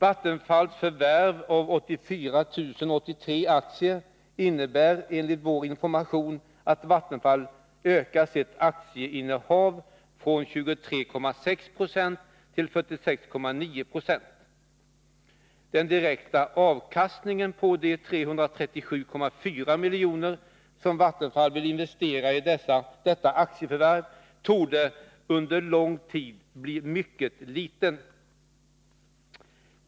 Vattenfalls förvärv av 84 083 aktier innebär, enligt vår information, att Vattenfall ökar sitt aktieinnehav från 23,6 till 46,9 20. Den direkta avkastningen på de 337,4 milj.kr. som Vattenfall vill investera i detta aktieförvärv torde under lång tid bli mycket liten.